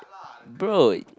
bro